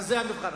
זה המבחן.